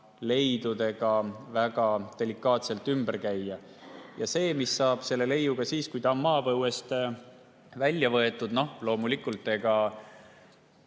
leidudega väga delikaatselt ümber käia. See, mis saab sellest leiust siis, kui ta on maapõuest välja võetud – loomulikult,